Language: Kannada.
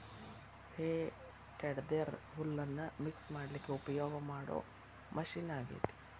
ಹೇ ಟೆಡ್ದೆರ್ ಹುಲ್ಲನ್ನ ಮಿಕ್ಸ್ ಮಾಡ್ಲಿಕ್ಕೆ ಉಪಯೋಗ ಮಾಡೋ ಮಷೇನ್ ಆಗೇತಿ